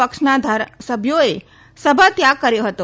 પક્ષના સભ્યોએ સભાત્યાગ કર્યો હતો